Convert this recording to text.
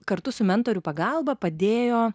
kartu su mentorių pagalba padėjo